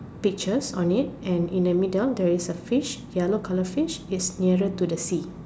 pictures on it and in the middle there is a fish yellow colour fish it's nearer to the sea